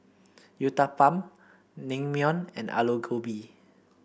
Uthapam Naengmyeon and Alu Gobi